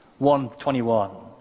1.21